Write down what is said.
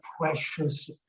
precious